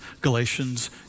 Galatians